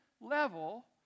level